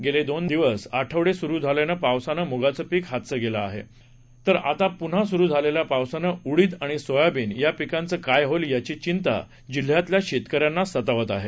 गेले दोन आठवडे सुरू असलेल्या पावसानं मुगाचं पीक हातचं गेलं तर आता पुन्हा सुरू झालेल्या पावसानं उडीद आणि सोयाबीन या पिकांचं काय होईल याची चिंता जिल्ह्यातल्या शेतकऱ्यांना सतावत आहे